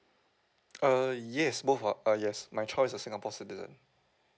err yes both are uh yes my choice is singapore citizen